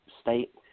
state